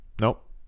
Nope